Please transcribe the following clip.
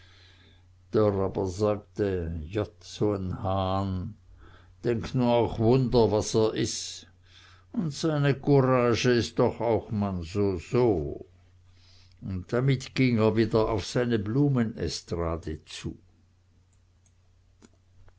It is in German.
so n hahn denkt nu auch wunder was er is un seine courage is doch auch man soso und damit ging er wieder auf seine blumen estrade zu